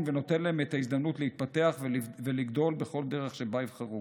ונותן להם את ההזדמנות להתפתח ולגדול בכל דרך שבה יבחרו.